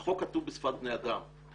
החוק כתוב בשפת בני אדם,